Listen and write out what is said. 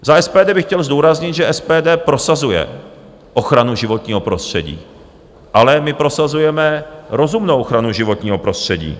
Za SPD bych chtěl zdůraznit, že SPD prosazuje ochranu životního prostředí, ale my prosazujeme rozumnou ochranu životního prostředí.